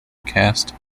cast